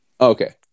Okay